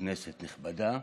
כנסת נכבדה,